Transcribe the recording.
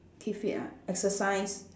keep fit ah exercise